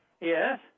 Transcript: Yes